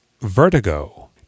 Vertigo